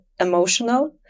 emotional